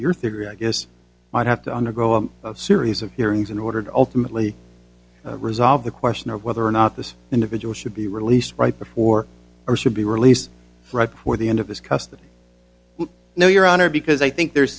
your theory i guess might have to undergo a series of hearings in order to ultimately resolve the question of whether or not this individual should be released right before or should be released right before the end of his custody no your honor because i think there's